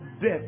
death